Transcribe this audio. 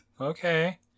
Okay